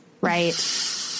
Right